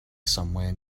somewhere